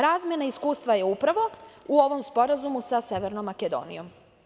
Razmena iskustva je upravo u ovom Sporazumu sa Makedonijom.